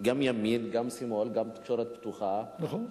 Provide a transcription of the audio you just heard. גם מימין וגם משמאל, גם תקשורת פתוחה, נכון.